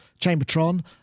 Chambertron